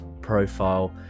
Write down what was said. profile